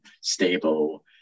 stable